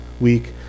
week